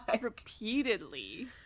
repeatedly